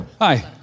Hi